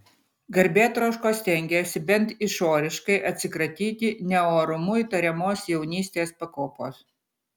garbėtroškos stengėsi bent išoriškai atsikratyti neorumu įtariamos jaunystės pakopos